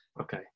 Okay